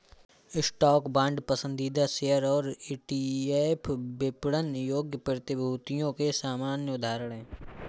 stock, bond, पसंदीदा share और ETF विपणन योग्य प्रतिभूतियों के सामान्य उदाहरण हैं